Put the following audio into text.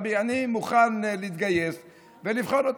אני מוכן להתגייס ולבחון אותה.